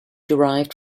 derived